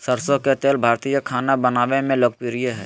सरसो के तेल भारतीय खाना बनावय मे लोकप्रिय हइ